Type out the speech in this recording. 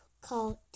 called